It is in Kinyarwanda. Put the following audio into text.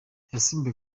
yasimbuye